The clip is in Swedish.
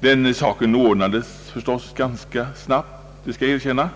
Den saken ordnades förstås ganska snabbt, det skall jag erkänna,